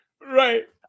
Right